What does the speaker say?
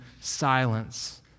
silence